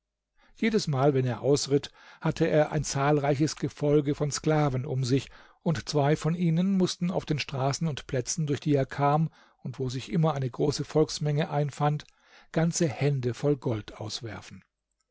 jedesmal wenn er ausritt hatte er ein zahlreiches gefolge von sklaven um sich und zwei von ihnen mußten auf den straßen und plätzen durch die er kam und wo sich immer eine große volksmenge einfand ganze hände voll gold auswerfen